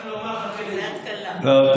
צריך לומר: כן ירבו.